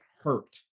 hurt